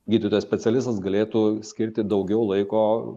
gydytojas specialistas galėtų skirti daugiau laiko